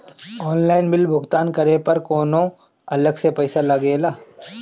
Online bill भुगतान करे पर कौनो अलग से पईसा लगेला?